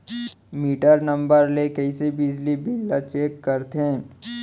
Metre number ले कइसे बिजली बिल ल चेक करथे?